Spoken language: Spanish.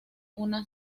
una